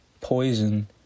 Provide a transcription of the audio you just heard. Poison